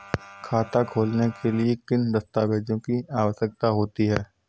खाता खोलने के लिए किन दस्तावेजों की आवश्यकता होती है?